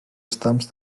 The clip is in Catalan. estams